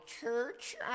church